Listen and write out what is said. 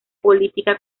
política